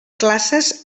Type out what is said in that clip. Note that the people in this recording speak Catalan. classes